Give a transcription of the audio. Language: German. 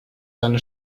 seine